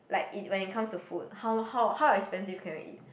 like it when it comes to food how how how expensive can you eat